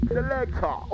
Selector